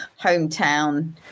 hometown